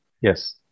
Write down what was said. yes